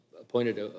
appointed